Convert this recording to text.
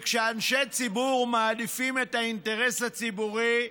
כשאנשי ציבור מעדיפים את האינטרס האישי,